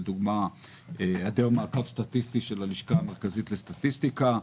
לדוגמה היעדר מעקב סטטיסטי של הלשכה המרכזית לסטטיסטיקה,